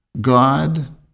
God